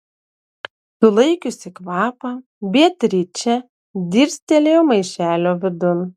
sulaikiusi kvapą beatričė dirstelėjo maišelio vidun